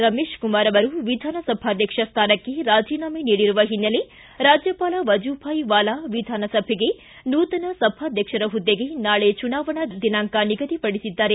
ರಮೇಶಕುಮಾರ ಅವರು ವಿಧಾನಸಭಾಧಕ್ಷ ಸ್ವಾನಕ್ಕೆ ರಾಜೀನಾಮ ನೀಡಿರುವ ಹಿನ್ನೆಲೆ ರಾಜ್ಯಪಾಲ ವಜುಭಾಯ್ ವಾಲಾ ವಿಧಾನಸಭೆಗೆ ನೂತನ ಸಭಾಧ್ಯಕ್ಷರ ಹುದ್ದೆಗೆ ನಾಳೆ ಚುನಾವಣಾ ದಿನಾಂಕ ನಿಗದಿಪಡಿಸಿದ್ದಾರೆ